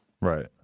Right